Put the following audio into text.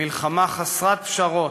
מלחמה חסרת פשרות,